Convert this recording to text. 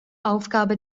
aufgabe